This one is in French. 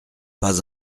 pas